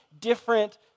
different